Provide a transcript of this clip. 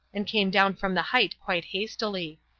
and came down from the height quite hastily.